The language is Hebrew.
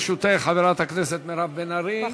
חברת הכנסת מירב בן ארי, עשר דקות לרשותך.